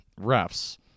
refs